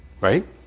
Right